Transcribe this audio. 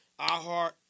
iHeart